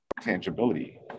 tangibility